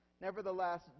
Nevertheless